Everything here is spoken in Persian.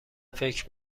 فکر